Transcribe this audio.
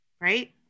right